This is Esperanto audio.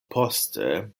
poste